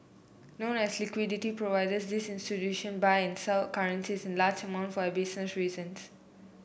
known as liquidity providers these institution buy and sell currencies in large amount for business reasons